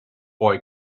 boy